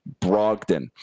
Brogdon